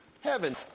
Heaven